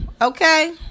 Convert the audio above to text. okay